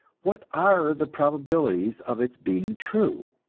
what are the probabilities of its being true?